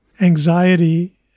anxiety